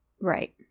Right